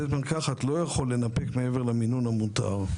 בית מרקחת לא יכול לנפק מעבר למינון המותר.